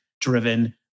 driven